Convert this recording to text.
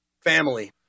Family